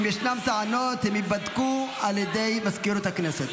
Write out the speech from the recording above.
אם ישנן טענות, הן ייבדקו על ידי מזכירות הכנסת.